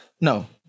no